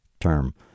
term